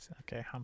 okay